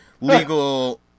legal